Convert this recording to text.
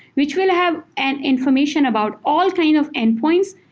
which we'll have an information about all kind of endpoints,